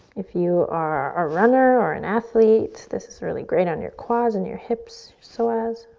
if you are a runner or an athlete, this is really great on your quads and your hips, psoas,